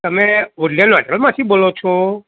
તમે ઉલીયન હોટલમાંથી બોલો છો